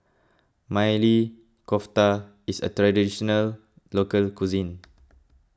Maili Kofta is a Traditional Local Cuisine